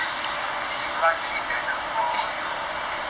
then is lunch indented for u 明天